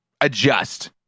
adjust